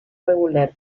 regular